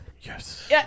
yes